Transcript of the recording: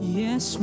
yes